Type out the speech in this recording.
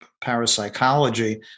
parapsychology